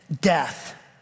death